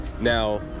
Now